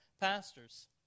pastors